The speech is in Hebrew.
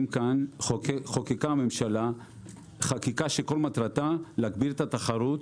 חוקקה הממשלה חקיקה שכל מטרתה להגביר את התחרות